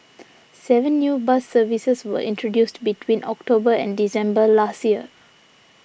seven new bus services were introduced between October and December last year